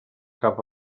cap